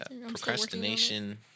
procrastination